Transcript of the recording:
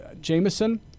Jameson